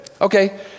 okay